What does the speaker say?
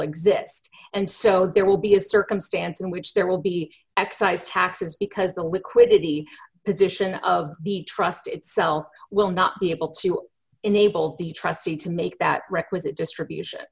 exist and so there will be a circumstance in which there will be excise taxes because the liquidity position of the trust itself will not be able to enable the trustee to make that requisite distribution